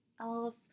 Else